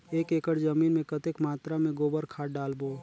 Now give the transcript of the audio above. एक एकड़ जमीन मे कतेक मात्रा मे गोबर खाद डालबो?